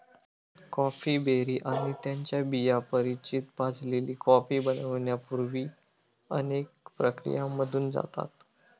coffee berry आणि त्यांच्या बिया परिचित भाजलेली कॉफी बनण्यापूर्वी अनेक प्रक्रियांमधून जातात